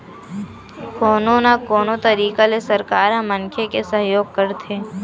कोनो न कोनो तरिका ले सरकार ह मनखे के सहयोग करथे